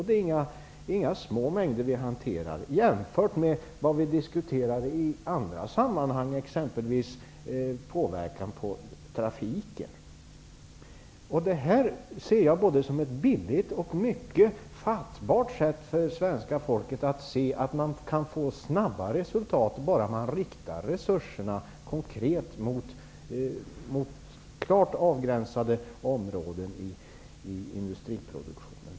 Det är alltså inga små mängder som vi hanterar jämfört med vad vi diskuterar i andra sammanhang, exempelvis trafikens påverkan. Det är ett billigt sätt. Det är också mycket begripligt för svenska folket när man ser att man kan få snabba resultat bara genom att resurserna inriktas konkret på klart avgränsade områden i industriproduktionen.